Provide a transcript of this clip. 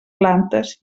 plantes